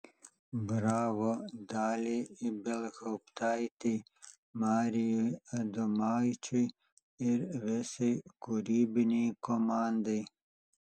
bravo daliai ibelhauptaitei marijui adomaičiui ir visai kūrybinei komandai